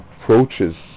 approaches